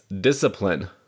discipline